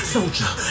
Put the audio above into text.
Soldier